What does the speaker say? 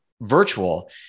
virtual